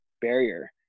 barrier